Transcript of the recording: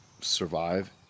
survive